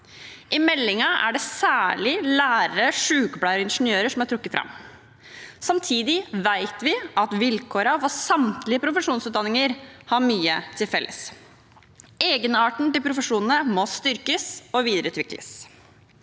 I meldingen er det særlig lærere, sykepleiere og ingeniører som er trukket fram. Samtidig vet vi at vilkårene for samtlige profesjonsutdanninger har mye til felles. Egenarten til profesjonene må styrkes og videreutvikles.